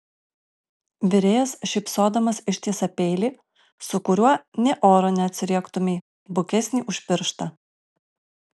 virėjas šypsodamas ištiesia peilį su kuriuo nė oro neatsiriektumei bukesnį už pirštą